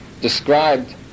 described